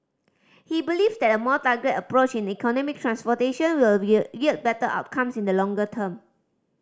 he believes that a more targeted approach in economic transformation would yield better outcomes in the longer term